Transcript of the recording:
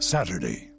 Saturday